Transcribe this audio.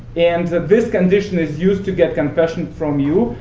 and this condition is used to get confessions from you,